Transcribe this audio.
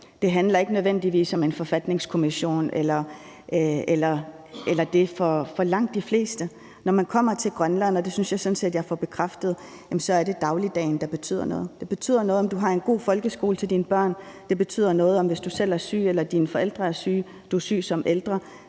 de fleste ikke nødvendigvis handler om en forfatningskommission. Når man kommer til Grønland – og det synes jeg sådan set jeg får bekræftet – hører man, at det er dagligdagen, der betyder noget. Det betyder noget, om du har en god folkeskole til dine børn, og det betyder noget, at du, hvis du selv eller dine forældre er syge, eller hvis du som ældre